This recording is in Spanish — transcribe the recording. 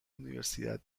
universidad